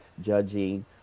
judging